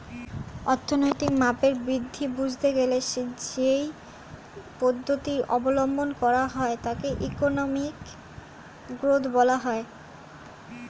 অর্থনৈতিক মাপের বৃদ্ধি বুঝতে গেলে যেই পদ্ধতি অবলম্বন করা হয় তাকে ইকোনমিক গ্রোথ বলা হয়